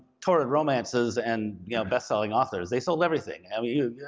torrid romances and yeah bestselling authors, they sold everything. i mean you yeah